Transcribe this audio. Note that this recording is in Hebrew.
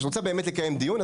שאת רוצה באמת לקיים דיון,